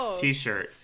T-shirt